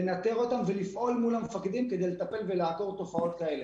לנטר אותם ולפעול מול המפקדים כדי לטפל ולעקור תופעות כאלה.